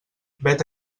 vet